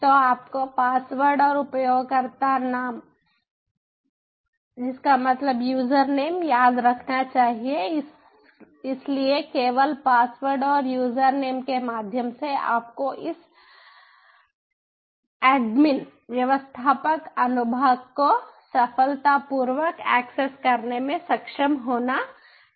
तो आपको पासवर्ड और उपयोगकर्ता नाम यूजर नेम username याद रखना चाहिए इसलिए केवल पासवर्ड और यूजर नेम के माध्यम से आपको इस ऐड्मिन व्यवस्थापक admin अनुभाग को सफलतापूर्वक एक्सेस करने में सक्षम होना चाहिए